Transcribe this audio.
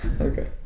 Okay